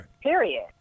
Period